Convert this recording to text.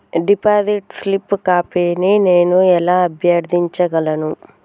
Deposit slip కాపీని నేను ఎలా అభ్యర్థించగలను?